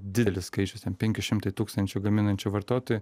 didelis skaičius penti šimtai tūkstančių gaminančių vartotojų